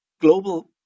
global